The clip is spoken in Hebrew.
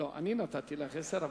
לא, אני נתתי לך עשר דקות.